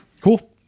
cool